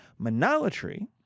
Monolatry